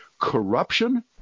corruption